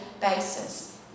basis